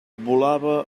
volava